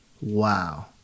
wow